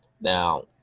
Now